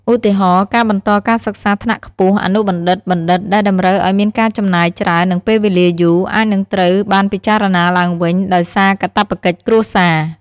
ឧទាហរណ៍ ការបន្តការសិក្សាថ្នាក់ខ្ពស់ (អនុបណ្ឌិត/បណ្ឌិត) ដែលតម្រូវឱ្យមានការចំណាយច្រើន និងពេលវេលាយូរ អាចនឹងត្រូវបានពិចារណាឡើងវិញដោយសារកាតព្វកិច្ចគ្រួសារ។